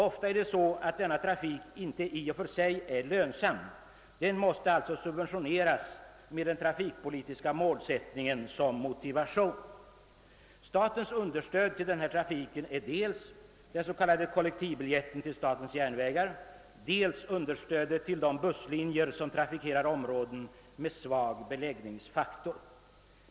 Ofta är denna trafik inte i och för sig lönsam och måste alltså subventioneras med den trafikpolitiska målsättningen som motivation. Statens understöd till denna trafik är dels den s.k. kollektivbiljetten till SJ och dels understödet till de busslinjer som trafikerar områden med svag beläggning.